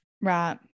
right